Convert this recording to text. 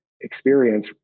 experience